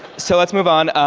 so let's move on.